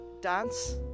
dance